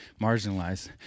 marginalized